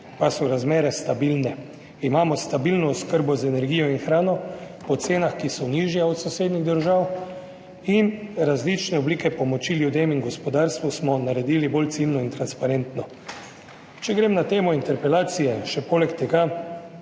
pa so razmere stabilne, imamo stabilno oskrbo z energijo in hrano po cenah, ki so nižje od sosednjih držav, in različne oblike pomoči ljudem in gospodarstvu smo naredili bolj ciljne in transparentne. Če grem na temo interpelacije. Še poleg tega,